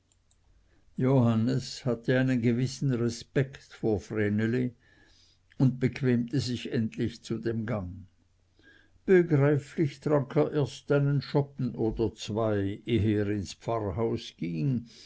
johannes hatte einen gewissen respekt vor vreneli und bequemte sich endlich zu dem gang begreiflich trank er erst einen schoppen oder zwei ehe er ins pfarrhaus ging